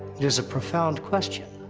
it is a profound question.